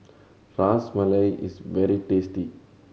Ras Malai is very tasty